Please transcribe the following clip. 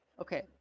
Okay